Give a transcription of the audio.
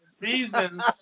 Reason